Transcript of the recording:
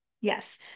yes